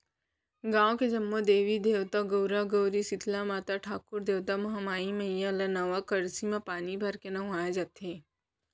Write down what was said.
गाँव के जम्मो देवी देवता, गउरा गउरी, सीतला माता, ठाकुर देवता, महामाई मईया ल नवा करसी म पानी भरके नहुवाए जाथे